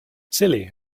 silly